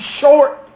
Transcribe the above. short